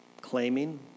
claiming